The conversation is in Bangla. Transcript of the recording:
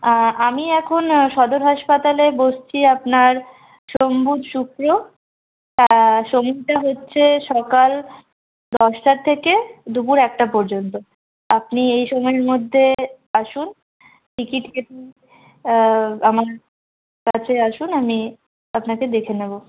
আমি এখন সদর হাসপাতালে বসছি আপনার সোম বুধ শুক্র সোমতে হচ্ছে সকাল দশটা থেকে দুপুর একটা পর্যন্ত আপনি এই সময়ের মধ্যে আসুন টিকিট কেটে নিন আমার কাছে আসুন আমি আপনাকে দেখে নেব